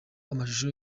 amashusho